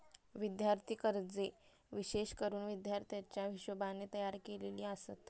विद्यार्थी कर्जे विशेष करून विद्यार्थ्याच्या हिशोबाने तयार केलेली आसत